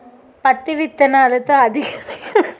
పత్తి విత్తనాలతో అధిక దిగుబడి నిచ్చే విత్తన రకం ఏంటి?